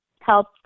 help